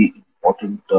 important